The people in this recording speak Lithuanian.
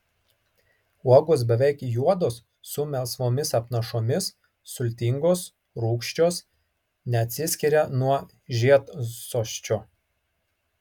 uogos beveik juodos su melsvomis apnašomis sultingos rūgščios neatsiskiria nuo žiedsosčio